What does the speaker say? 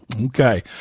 Okay